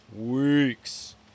weeks